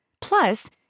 Plus